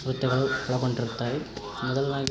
ನೃತ್ಯಗಳು ಒಳಗೊಂಡಿರುತ್ತವೆ ಮೊದಲಾಗಿ